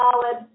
solid